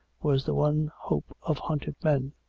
was the one hope of hunted men.